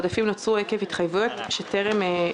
שהעודפים בה נוצרו עקב התחייבויות שטרם שולמו